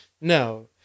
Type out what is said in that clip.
No